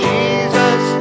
Jesus